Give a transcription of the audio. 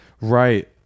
right